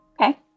Okay